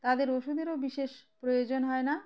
তাদের ওষুধেরও বিশেষ প্রয়োজন হয় না